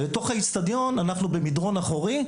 בתוך האצטדיון אנחנו במדרון אחורי,